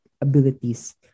abilities